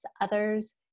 others